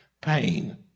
pain